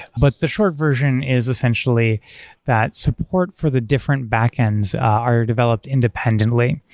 but the short version is essentially that support for the different backhands are developed independently.